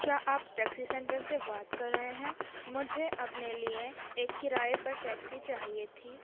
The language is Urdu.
کیا آپ ٹیکسی سنٹر سے بات کر رہے ہیں مجھے اپنے لیے ایک کرائے پر ٹیکسی چاہیے تھی